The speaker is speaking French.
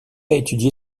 étudié